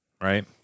Right